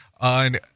on